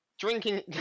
Drinking